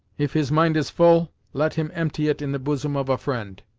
if his mind is full, let him empty it in the bosom of a friend.